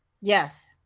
Yes